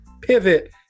pivot